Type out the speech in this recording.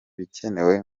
ibikenewe